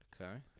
Okay